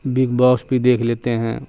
big Boss بھی دیکھ لیتے ہیں